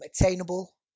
attainable